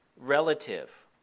relative